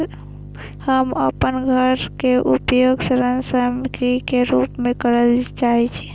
हम अपन घर के उपयोग ऋण संपार्श्विक के रूप में करल चाहि छी